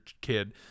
kid